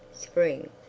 Spring